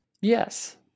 Yes